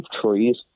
trees